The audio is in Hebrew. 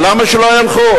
למה שלא ילכו?